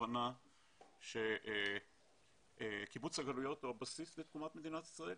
הבנה שקיבוץ הגלויות הוא הבסיס לתקומת מדינת ישראל,